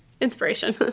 inspiration